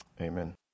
Amen